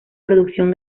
producción